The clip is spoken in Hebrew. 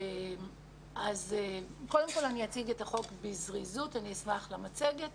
לצורך כך הכנו מצגת